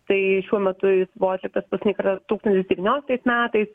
tai šiuo metu jis buvo atliktas paskutinį kartą tūkstantis devynioliktais metais